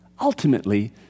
Ultimately